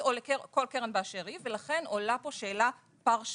או לכל קרן באשר היא ולכן עולה פה שאלה פרשנית